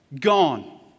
gone